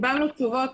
קיבלנו תשובות,